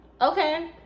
okay